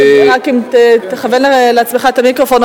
רק אם תכוון לעצמך את המיקרופון.